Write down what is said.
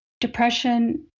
depression